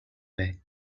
man